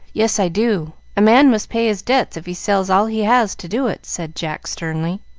yes, i do a man must pay his debts if he sells all he has to do it, said jack sternly.